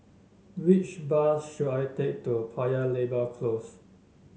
which bus should I take to Paya Lebar Close